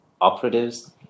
operatives